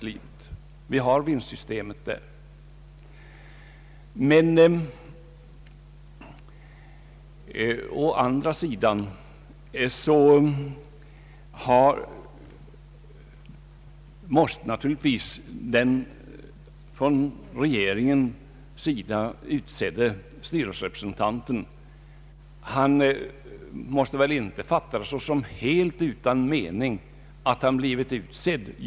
Å andra sidan måste naturligtvis den av staten utsedda styrelserepresentanten inte fatta det som helt utan mening att han blivit utsedd.